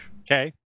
Okay